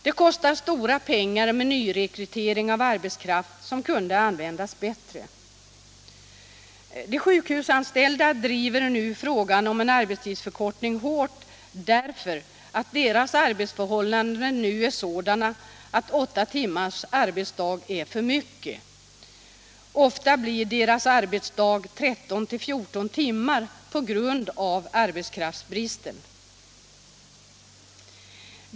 Det kostar stora pengar med nyrekrytering av arbetskraft, som kunde användas bättre. De sjukhusanställda driver nu frågan om en arbetstidsförkortning hårt, därför att deras abetsförhållanden nu är sådana att åtta timmars arbetsdag är för mycket. Ofta blir deras arbetsdag 13-14 timmar på grund av arbetskraftsbristen.